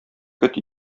көт